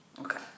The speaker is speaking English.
Okay